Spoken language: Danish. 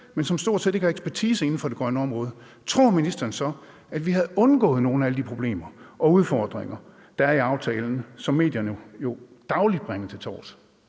men som stort set ikke har ekspertise inden for det grønne område, tror ministeren så, at vi havde undgået nogle af alle de problemer og udfordringer, der er i aftalen, og som medierne jo dagligt bringer til torvs?